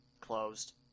closed